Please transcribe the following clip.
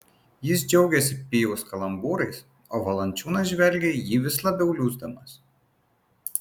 jis džiaugėsi pijaus kalambūrais o valančiūnas žvelgė į jį vis labiau liūsdamas